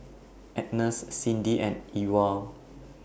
Ines Cindi and Ewald